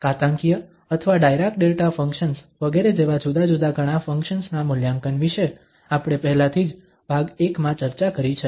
ઘાતાંકીય અથવા Dirac delta functions વગેરે જેવા જુદા જુદા ઘણા ફંક્શન્સ ના મૂલ્યાંકન વિશે આપણે પહેલાથી જ ભાગ I માં ચર્ચા કરી છે